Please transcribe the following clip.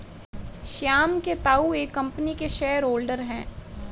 श्याम के ताऊ एक कम्पनी के शेयर होल्डर हैं